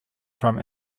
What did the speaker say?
from